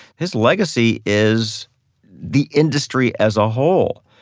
his legacy is the industry as a whole.